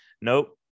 nope